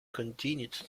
continued